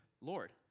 Lord